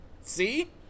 See